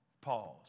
pause